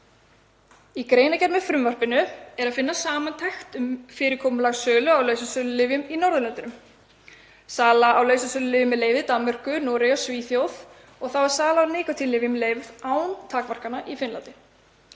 Í greinargerð með frumvarpinu er að finna samantekt um fyrirkomulag sölu á lausasölulyfjum á Norðurlöndunum. Sala á lausasölulyfjum er leyfð í Danmörku, Noregi og Svíþjóð og þá er sala á nikótínlyfjum leyfð án takmarkana í Finnlandi.